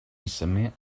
cement